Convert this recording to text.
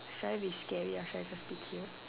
should I be scary or should I just be cute